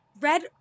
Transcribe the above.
red